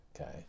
okay